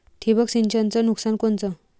ठिबक सिंचनचं नुकसान कोनचं?